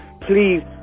Please